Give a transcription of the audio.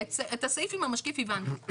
את הסעיף עם המשקיף הבנתי.